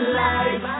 life